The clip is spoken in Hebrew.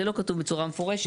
זה לא כתוב בצורה מפורשת.